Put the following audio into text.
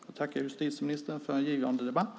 Jag tackar justitieministern för en givande debatt.